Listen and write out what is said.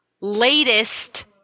latest